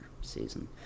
season